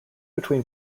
between